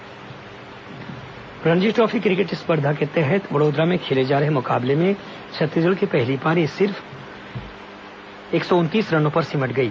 Ranji trophy Ranji trophy cricket स्पर्धा के तहत वड़ोदरा में खेले जा रहे मुकाबले में छत्तीसगढ़ की पहली पारी सिर्फ एक सौ उनतीस रनों पर सिमट गई